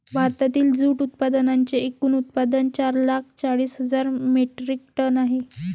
भारतातील जूट उत्पादनांचे एकूण उत्पादन चार लाख चाळीस हजार मेट्रिक टन आहे